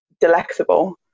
delectable